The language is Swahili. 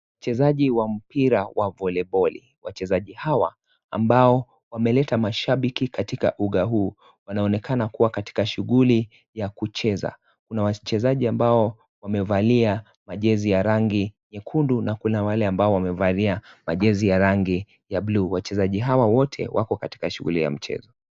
Wachezaji wa mpira wa (CS)voleboli(CS). Wachezaji hawa ambao wameleta mashabiki katika uga huu. Wanaonekana kuwa katika shughuli ya kucheza. Kuna wachezaji ambao wamevalia majezi ya rangi nyekundu na kuna wale ambao wamevalia majezi ya rangi ya (CS)blue(CS). Wachezaji hawa wote wako katika shughuli ya mchezo.